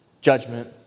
judgment